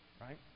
right